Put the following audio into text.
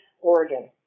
Oregon